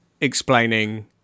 explaining